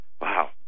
wow